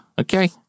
Okay